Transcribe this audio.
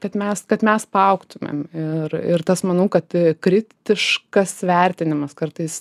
kad mes kad mes paaugtumėm ir ir tas manau kad kritiškas vertinimas kartais